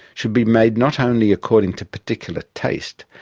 should be made not only according to particular taste,